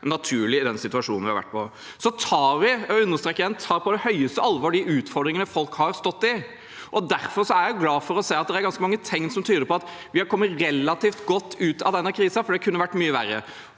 naturlig i den situasjonen vi har vært i. Jeg vil igjen understreke at vi tar på det høyeste alvor de utfordringene folk har stått i. Derfor er jeg glad for å se at det er ganske mange tegn som tyder på at vi har kommet relativt godt ut av denne krisen, for det kunne vært mye verre,